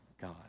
God